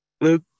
Luke